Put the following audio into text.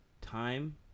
time